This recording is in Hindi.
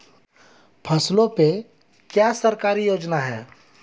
फसलों पे क्या सरकारी योजना है?